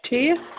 ٹھیٖک